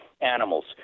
animals